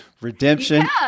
Redemption